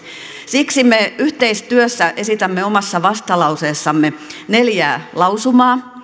siksi me yhteistyössä esitämme omassa vastalauseessamme neljää lausumaa